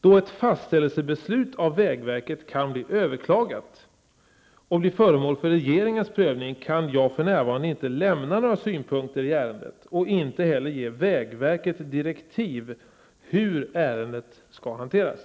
Då ett fastställelsebeslut av vägverket kan bli överklagat och bli föremål för regeringens prövning, kan jag för närvarande inte lämna några synpunkter i ärendet och inte heller ge vägverket direktiv hur ärendet skall hanteras.